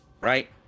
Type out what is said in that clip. right